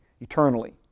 eternally